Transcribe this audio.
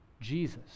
Jesus